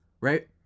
Right